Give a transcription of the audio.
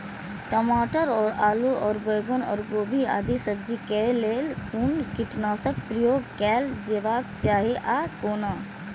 टमाटर और आलू और बैंगन और गोभी आदि सब्जी केय लेल कुन कीटनाशक प्रयोग कैल जेबाक चाहि आ कोना?